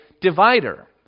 divider